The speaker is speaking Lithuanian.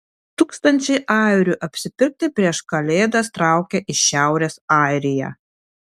tūkstančiai airių apsipirkti prieš kalėdas traukia į šiaurės airiją